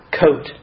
coat